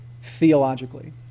theologically